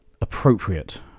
appropriate